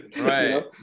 right